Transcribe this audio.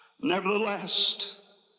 nevertheless